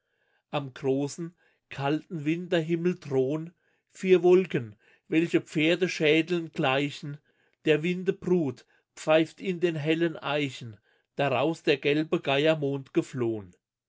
am großen kalten winterhimmel drohn vier wolken welche pferdeschädeln gleichen der winde brut pfeift in den hellen eichen daraus der gelbe geier mond geflohn